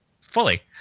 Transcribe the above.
fully